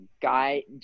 guy